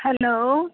hello